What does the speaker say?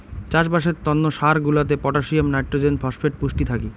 চাষবাসের তন্ন সার গুলাতে পটাসিয়াম, নাইট্রোজেন, ফসফেট পুষ্টি থাকি